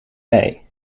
wei